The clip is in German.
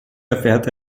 erfährt